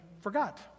forgot